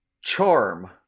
charm